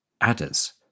adders